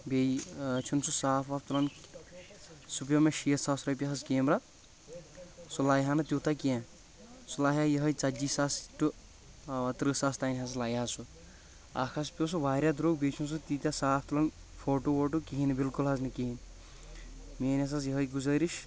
بیٚیہِ چُھنہٕ سُہ صاف واف تُلان سُہ پیٚو مےٚ شیٖتھ ساس رۄپیہِ حظ کیمرا سُہ لیہِ ہا نہٕ تیوٗتاہ کیٚنٛہہ سُہ لیہِ ہا یِہے ژَتجی ساس ٹوٚ ترٕہ ساس تأنۍ حظ لیہِ ہا سُہ اکھ حظ پیٚو سُہ واریاہ دروٚگ بیٚیہِ چُھنہٕ سُہ تیٖتیاہ صاف تُلان فوٹوٗ ووٹو کہیٖنۍ بالکل حظ نہٕ کہیٖنۍ میٛأنۍ أس حظ یِہے گُزأرِش